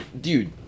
dude